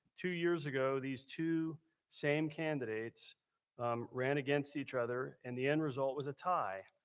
two years ago these two same candidates ran against each other, and the end result was tie.